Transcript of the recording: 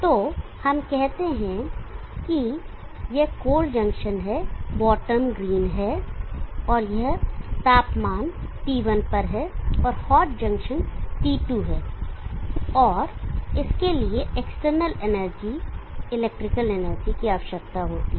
तो हम कहते हैं कि यह कोल्ड जंक्शन है बॉटम ग्रीन है और यह तापमान T1 पर है और हॉट जंक्शन T2 है और इसके लिए एक्सटर्नल एनर्जी इलेक्ट्रिकल एनर्जी की आवश्यकता होती है